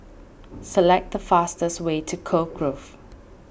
select the fastest way to Cove Grove